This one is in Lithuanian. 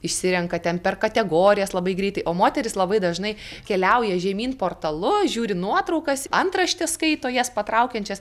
išsirenka ten per kategorijas labai greitai o moterys labai dažnai keliauja žemyn portalu žiūri nuotraukas antraštės skaito jas patraukiančias